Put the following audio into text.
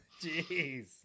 Jeez